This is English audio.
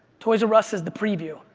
toys r us is the preview.